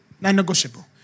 Non-negotiable